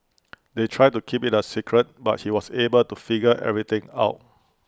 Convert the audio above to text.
they tried to keep IT A secret but he was able to figure everything out